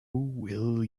will